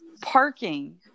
Parking